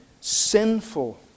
sinful